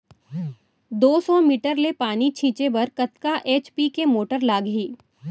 दो सौ मीटर ले पानी छिंचे बर कतका एच.पी के मोटर लागही?